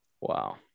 Wow